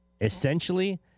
essentially